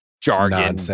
jargon